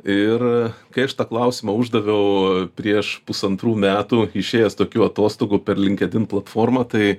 ir kai aš tą klausimą uždaviau prieš pusantrų metų išėjęs tokių atostogų per linkedin platformą tai